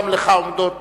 גם לך עומדות